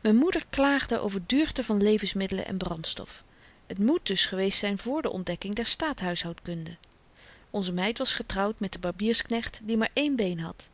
m'n moeder klaagde over duurte van levensmiddelen en brandstof t moet dus geweest zyn vr de ontdekking der staathuishoudkunde onze meid was getrouwd met den barbiersknecht die maar één been had